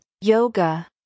Yoga